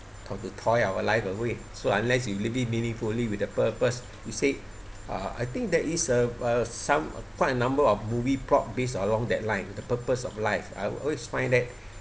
t~ to toil our life away so unless you living meaningfully with the purpose you said uh I think that is uh uh some quite a number of movie plot based along that line the purpose of life I will always find that